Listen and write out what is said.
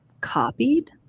copied